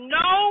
no